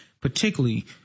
particularly